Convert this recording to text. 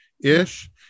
ish